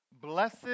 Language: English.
Blessed